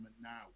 now